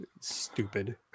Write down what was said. stupid